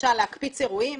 למשל להקפיץ אירועים.